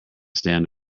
stand